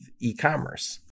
e-commerce